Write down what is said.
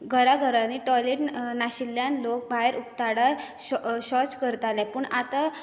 घरा घरा टॉयलेट नाशिल्ल्यान लोक भायर उक्ताडा सौ शौच करताले पूण आतां